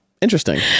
interesting